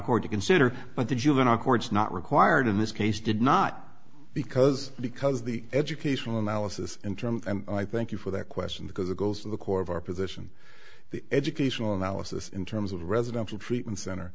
court to consider but the juvenile courts not required in this case did not because because the educational analysis in term and i thank you for that question because it goes to the core of our position the educational analysis in terms of residential treatment center